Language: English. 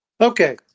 Okay